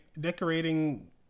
decorating